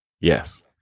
Yes